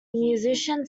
musician